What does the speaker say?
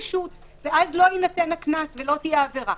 ואז לא יינתן הקנס ולא תהיה עבירה.